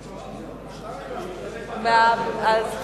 לא, אני משתמש במכסה שלי.